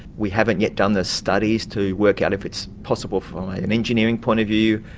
we haven't yet done the studies to work out if it's possible from an engineering point of view,